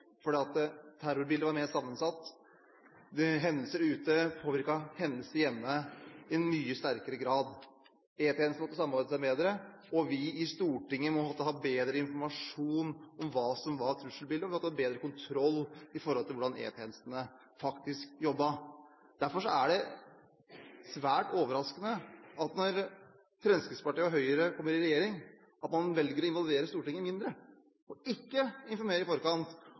terrorbildet var mer sammensatt, hendelser ute påvirket hendelser hjemme i mye sterkere grad, E-tjenestene måtte samordnes bedre, vi i Stortinget måtte ha bedre informasjon om hva som var trusselbildet, og vi måtte ha bedre kontroll med hvordan E-tjenestene faktisk jobbet. Derfor er det svært overraskende, når Fremskrittspartiet og Høyre kommer i regjering, at man velger å involvere Stortinget mindre og ikke informere i forkant,